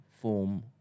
form